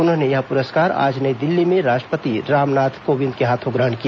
उन्होंने यह पुरस्कार आज नई दिल्ली में राष्ट्रपति रामनाथ कोविंद के हाथों ग्रहण किया